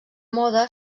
moda